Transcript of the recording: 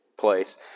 place